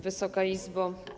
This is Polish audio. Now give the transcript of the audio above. Wysoka Izbo!